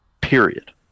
period